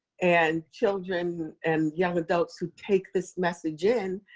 and children and young adults who take this message in,